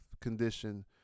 condition